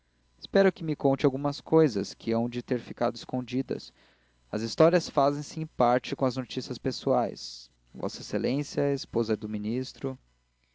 espero que me conte algumas cousas que hão de ter ficado escondidas as histórias fazem-se em parte com as noticias pessoais v ex a esposa de ministro